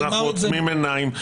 אנחנו עוצמים עיניים.